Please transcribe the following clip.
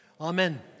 Amen